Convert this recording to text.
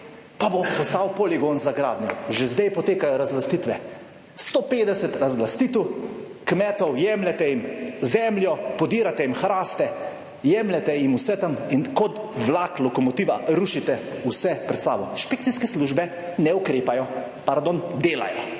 pa bo postal poligon za gradnjo. Že zdaj potekajo razlastitve, 150 razlastitev kmetov, jemljete jim zemljo, podirate jim hraste, jemljete jim vse tam in kot vlak, lokomotiva rušite vse pred sabo. Inšpekcijske službe ne ukrepajo. Pardon, delajo,